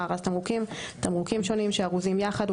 "מארז תמרוקים" תמרוקים שונים שארוזים יחד,